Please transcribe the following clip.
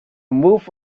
move